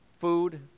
food